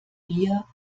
dir